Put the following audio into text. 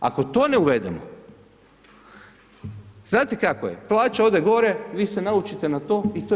Ako to ne uvedemo, znate kako je, plaća ode gore, vi se naučite na to i to je to.